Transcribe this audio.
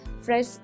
fresh